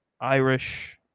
irish